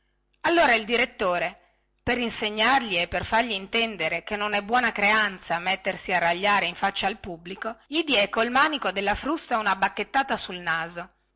allora il direttore per insegnargli e per fargli intendere che non è buona creanza mettersi a ragliare in faccia al pubblico gli diè col manico della frusta una bacchettata sul naso